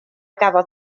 gafodd